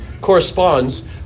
corresponds